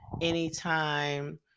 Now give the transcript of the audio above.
anytime